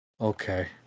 Okay